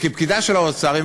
כפקידה של האוצר,